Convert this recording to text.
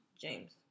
James